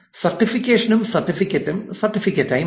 സർട്ടിഫിക്കേഷനും സർട്ടിഫിക്കറ്റും സർട്ടിഫിക്കറ്റായി മാറി